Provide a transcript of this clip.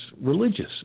religious